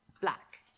Black